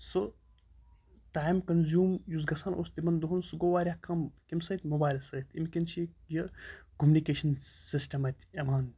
سُہ time consume یُس گژھان اوس تِمَن دۄہَن سُہ گوٚو واریاہ کَم کَمۍ سۭتۍ موبایلہٕ سۭتۍ اَمۍ کِنۍ چھِ یہِ یہِ کوٚمنِکیشَن سِسٹَم اَتہِ یِوان